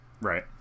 right